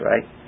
right